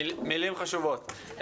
מילים חשובות.